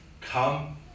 come